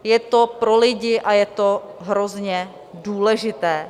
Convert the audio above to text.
Je to pro lidi a je to hrozně důležité.